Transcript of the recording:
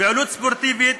פעילות ספורטיבית,